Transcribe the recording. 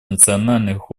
национальных